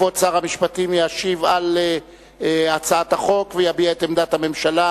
כבוד שר המשפטים ישיב על הצעת החוק ויביע את עמדת הממשלה.